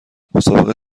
مسابقه